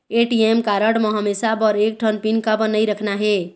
ATM card म हमेशा बर एक ठन पिन काबर नई रखना हे?